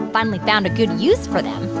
finally found a good use for them